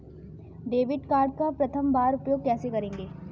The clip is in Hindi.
डेबिट कार्ड का प्रथम बार उपयोग कैसे करेंगे?